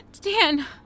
Dan